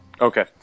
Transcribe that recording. Okay